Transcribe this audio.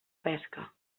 pesca